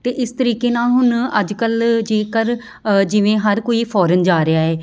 ਅਤੇ ਇਸ ਤਰੀਕੇ ਨਾਲ ਹੁਣ ਅੱਜ ਕੱਲ੍ਹ ਜੇਕਰ ਅ ਜਿਵੇਂ ਹਰ ਕੋਈ ਫੋਰਨ ਜਾ ਰਿਹਾ ਹੈ